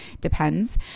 depends